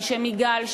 אנשי מיג"ל,